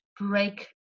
break